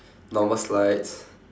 normal slides